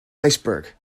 iceberg